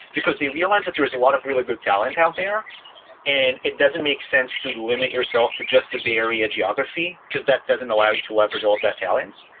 because they realize that there's a lot of really good talent out there and it doesn't make sense to limit yourself to just the bay area geography, because that doesn't allow you to leverage all of that talent.